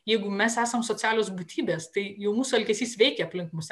jeigu mes esam socialios būtybės tai jau mūsų elgesys veikia aplink mus